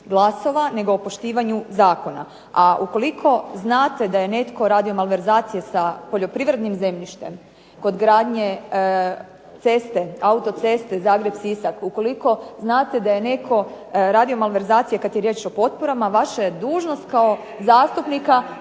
glasova nego o poštivanu Zakona. A ukoliko znate da je netko radio malverzacije sa poljoprivrednim zemljištem, kod gradnje autoceste Zagreb-Sisak ukoliko znate da je netko radio malverzacije sa potporama vaša je dužnost kao zastupnika